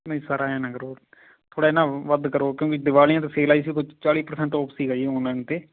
ਨਹੀਂ ਸਰ ਐਂਏ ਨਾ ਕਰੋ ਥੋੜ੍ਹਾ ਜਿਹਾ ਨਾ ਵੱਧ ਕਰੋ ਕਿਉਂਕੀ ਦੀਵਾਲੀ 'ਤੇ ਸੇਲ ਆਈ ਸੀ ਉੱਥੇ ਚਾਲੀ ਪਰਸੈਂਟ ਓਫ ਸੀਗਾ ਜੀ ਓਨਲਾਈਨ 'ਤੇ